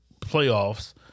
playoffs